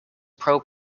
pro